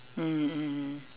mm mm